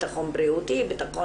בטחון בריאותי.